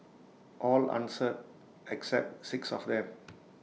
all answered except six of them